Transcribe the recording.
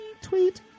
Tweet